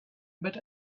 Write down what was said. but